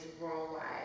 worldwide